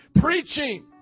Preaching